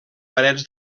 parets